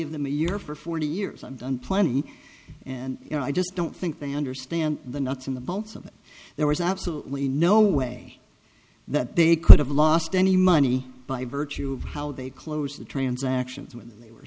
of them a year for forty years i've done plenty and you know i just don't think they understand the nuts in the bolts of it there was absolutely no way that they could have lost any money by virtue of how they closed the transactions when they were